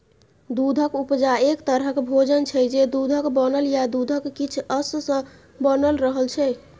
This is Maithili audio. दुधक उपजा एक तरहक भोजन छै जे दुधक बनल या दुधक किछ अश सँ बनल रहय छै